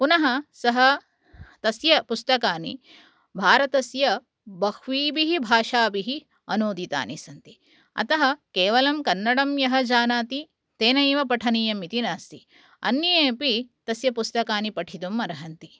पुनः सः तस्य पुस्तकानि भारतस्य बह्वीभिः भाषाभिः अनुदितानि सन्ति अतः केवलं कन्नडं यः जानाति तेनैव पठनीयम् इति नास्ति अन्ये अपि तस्य पुस्तकानि पठितुम् अर्हन्ति